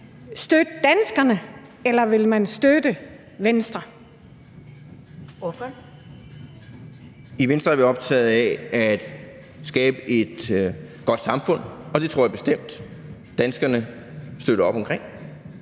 Ordføreren. Kl. 14:34 Hans Andersen (V): I Venstre er vi optaget af at skabe et godt samfund, og det tror jeg bestemt danskerne støtter op om.